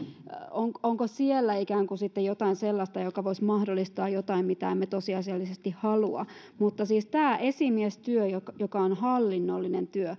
onko onko siellä jotain sellaista joka voisi mahdollistaa jotain mitä emme tosiasiallisesti halua mutta siis tämä esimiestyö joka joka on hallinnollinen